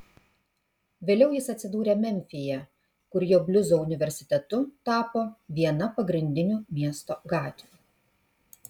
vėliau jis atsidūrė memfyje kur jo bliuzo universitetu tapo viena pagrindinių miesto gatvių